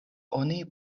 oni